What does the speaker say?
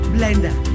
Blender